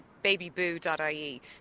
babyboo.ie